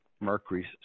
mercury